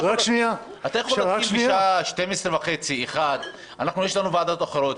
אז אתה יכול להתחיל בשעה 12:30 או 13:00. יש לנו ועדות אחרות,